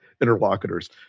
interlocutors